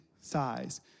size